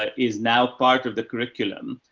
ah is now part of the curriculum.